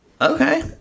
okay